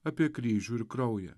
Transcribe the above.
apie kryžių ir kraują